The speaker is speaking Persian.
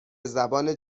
زبان